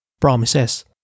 promises